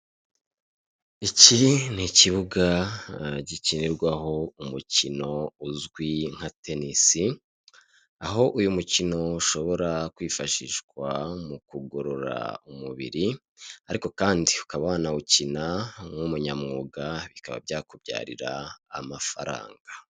Iki ni ikibuga gikinirwaho umukino uzwi nka tennis aho uyu mukino ushobora kwifashishwa mu kugorora umubiri ariko kandi ukaba wanawukina nk'umunyamwuga bikaba byakubyarira amafaranga.